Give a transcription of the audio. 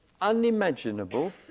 unimaginable